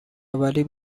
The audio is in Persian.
آوری